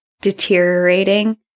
deteriorating